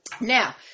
Now